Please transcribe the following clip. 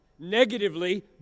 Negatively